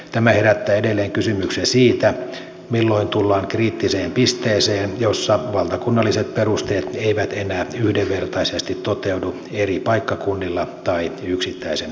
tämä herättää edelleen kysymyksiä siitä milloin tullaan kriittiseen pisteeseen jossa valtakunnalliset perusteet eivät enää yhdenvertaisesti toteudu eri paikkakunnilla tai yksittäisen lapsen kohdalla